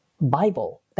Bible